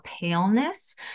paleness